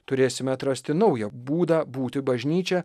turėsime atrasti naują būdą būti bažnyčia